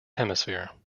hemisphere